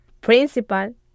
Principal